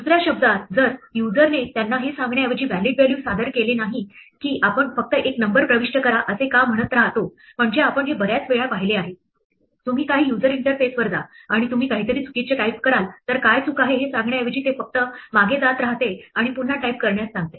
दुसऱ्या शब्दांत जर युजरने त्यांना हे सांगण्याऐवजी व्हॅलिड व्हॅल्यू सादर केले नाही की आपण फक्त एक नंबर प्रविष्ट करा असे का म्हणत राहतो म्हणजे आपण हे बऱ्याच वेळा पाहिले आहे तुम्ही काही यूजर इंटरफेसवरजा आणि तुम्ही काहीतरी चुकीचे टाइप कराल तर काय चूक आहे हे सांगण्या ऐवजी ते फक्त मागे जात राहते आणि पुन्हा टाइप करण्यास सांगते